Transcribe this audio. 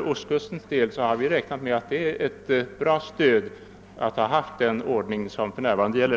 på ostkusten har vi ansett det som ett gott stöd att ha den ordning som för närvarande gäller.